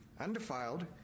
undefiled